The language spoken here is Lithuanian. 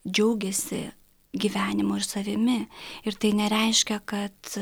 džiaugiasi gyvenimu ir savimi ir tai nereiškia kad